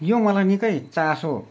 यो मलाई निकै चासो